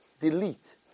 Delete